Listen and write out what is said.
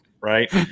right